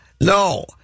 no